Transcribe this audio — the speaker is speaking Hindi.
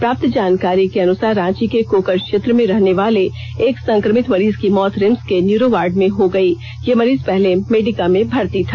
प्राप्त जानकारी के अनुसार रांची के कोकर क्षेत्र में रहने वाले एक संक्रमित मरीज की मौत रिम्स के न्यूरो वार्ड में हो गयी यह मरीज पहले मेडिका में भर्त्ती था